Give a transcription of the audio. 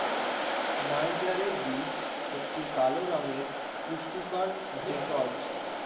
নাইজারের বীজ একটি কালো রঙের পুষ্টিকর ভেষজ